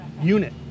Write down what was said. unit